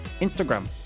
Instagram